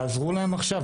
תעזרו להם עכשיו.